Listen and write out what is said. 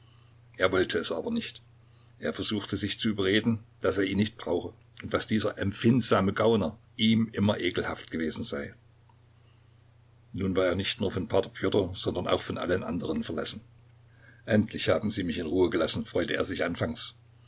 er wollte es aber nicht er versuchte sich zu überreden daß er ihn nicht brauche und daß dieser empfindsame gauner ihm immer ekelhaft gewesen sei nun war er nicht nur von p pjotr sondern auch von allen andern verlassen endlich haben sie mich in ruhe gelassen freute er sich anfangs